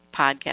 podcast